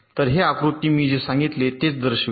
तर हे आकृती मी जे सांगितले तेच दर्शवते